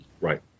Right